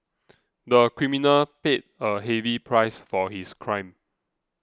the criminal paid a heavy price for his crime